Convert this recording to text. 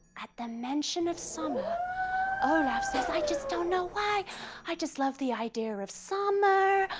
at the mention of summer olaf says, i just don't know why i just love the idea of summer,